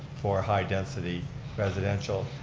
for high-density residential.